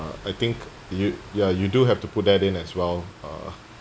I think you ya you do have to put that in as well uh